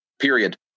period